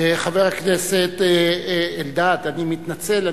חבר הכנסת אלדד, אני מתנצל.